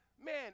Man